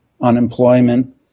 unemployment